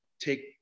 take